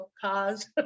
cars